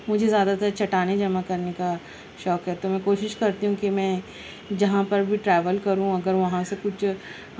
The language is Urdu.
مجھے زیادہ تر چٹانیں جمع کرنے کا شوق ہے تو میں کوشش کرتی ہوں کہ میں جہاں پر بھی ٹراویل کروں اگر وہاں سے کچھ